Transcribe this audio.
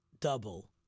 double